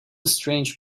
strange